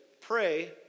pray